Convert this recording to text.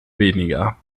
weniger